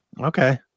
Okay